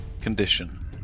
condition